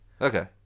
Okay